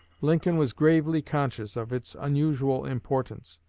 lincoln was gravely conscious of its unusual importance,